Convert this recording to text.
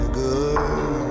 good